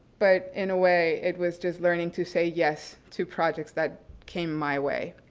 but in a way it was just learning to say yes to projects that came my way.